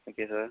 okay sir